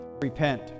Repent